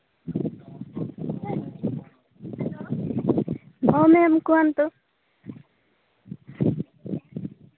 ହଁ ମ୍ୟାମ୍ କୁହନ୍ତୁ